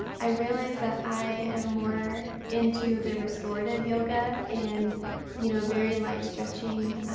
i realized that i am more into the restorative yoga and you know very light stretching,